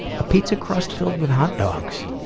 a pizza crust filled with hot dogs,